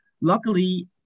Luckily